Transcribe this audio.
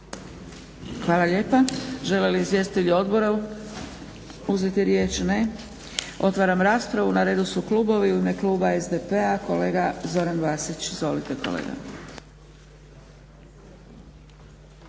Hvala lijepa. Žele li izvjestitelji odbora uzeti riječ? Ne. Otvaram raspravu. Na redu su klubovi. U ime kluba SDP-a kolega Zoran Vasić. Izvolite kolega.